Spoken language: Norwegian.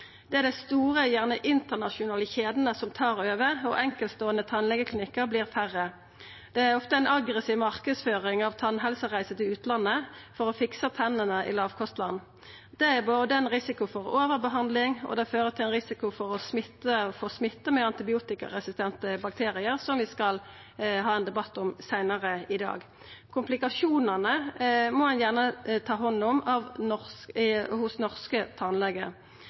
store, internasjonale kjeder tar over, og enkeltståande tannlegeklinikkar vert færre. Det er ofte ei aggressiv marknadsføring av tannhelsereiser til utlandet for å fiksa tennene i lågkostland. Det gjev ein risiko for overbehandling, og det fører til ein risiko for smitte av antibiotikaresistente bakteriar, som vi skal ha ein debatt om seinare i dag. Komplikasjonane må ein gjerne ta hand om hos norske